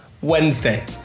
Wednesday